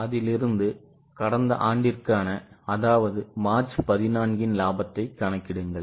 அதிலிருந்து கடந்த ஆண்டிற்கான அதாவது மார்ச் 14ன் லாபத்தை கணக்கிடுங்கள்